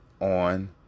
on